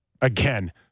Again